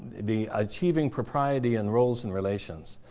the achieving propriety in roles and relations.